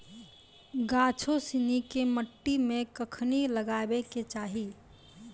गाछो सिनी के मट्टी मे कखनी लगाबै के चाहि?